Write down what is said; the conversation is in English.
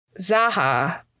Zaha